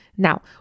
Now